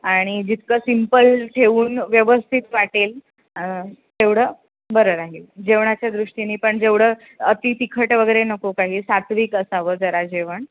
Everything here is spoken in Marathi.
आणि जितकं सिम्पल ठेवून व्यवस्थित वाटेल तेवढं बरं राहील जेवणाच्या दृष्टीने पण जेवढं अति तिखट वगैरे नको काही सात्विक असावं जरा जेवण